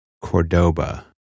Cordoba